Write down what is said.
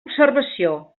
observació